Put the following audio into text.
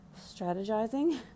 strategizing